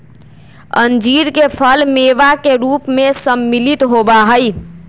अंजीर के फल मेवा के रूप में सम्मिलित होबा हई